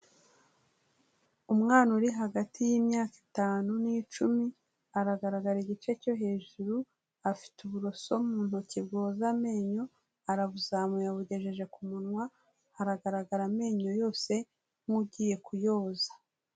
Umwana uri hagati y'imyaka itanu n'icumi, aragaragara igice cyo hejuru, afite uburoso mu ntoki bwoza amenyo, arabuzamuye abugejeje ku munwa, haragaragara amenyo yose nk'ugiye kuyoza.